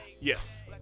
Yes